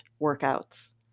workouts